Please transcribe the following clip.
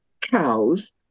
cows